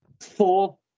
Four